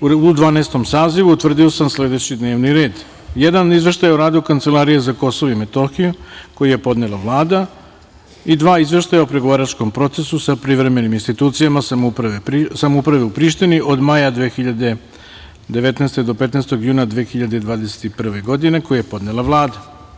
u Dvanaestom sazivu utvrdio sam sledeći D n e v n i r e d: 1. Izveštaj o radu Kancelarije za Kosovo i Metohiju, koji je podnela Vlada, 2. Izveštaj o pregovaračkom procesu sa privremenim institucijama samouprave u Prištini od maja 2019. do 15. juna 2021. godine, koji je podnela Vlada.